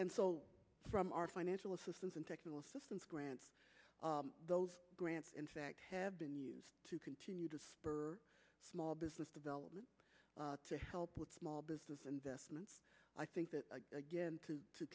and so from our financial assistance and technical assistance grants those grants in fact have been used to continue to spur small business development to help with small business investments i think that again to